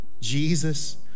Jesus